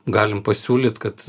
galim pasiūlyt kad